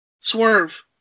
Swerve